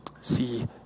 see